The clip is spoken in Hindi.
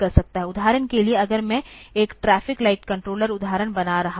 उदाहरण के लिए अगर मैं एक ट्रैफिक लाइट कंट्रोलर उदाहरण बना रहा हूं